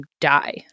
die